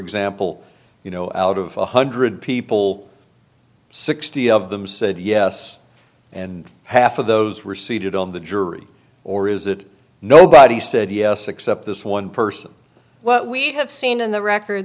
example you know out of one hundred people sixty of them said yes and half of those were seated on the jury or is that nobody said yes except this one person what we have seen in the record